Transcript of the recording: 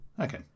Okay